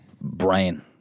brain